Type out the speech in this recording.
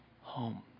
home